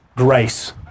Grace